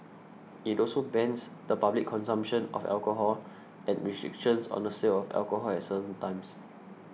it also bans the public consumption of alcohol and restrictions on the sale of alcohol at certain times